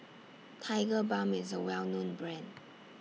Tigerbalm IS A Well known Brand